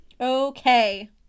Okay